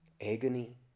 agony